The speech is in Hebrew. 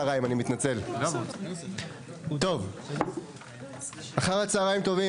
14:53 ונתחדשה בשעה 15:33.) אחר הצהריים טובים.